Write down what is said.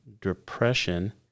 depression